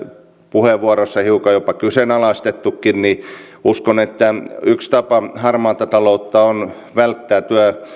puheenvuoroissa hiukan jopa kyseenalaistettukin ja uskon että yksi tapa harmaata taloutta on välttää